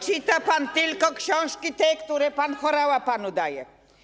Czyta pan tylko książki, które pan Horała panu daje.